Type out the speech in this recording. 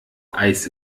eis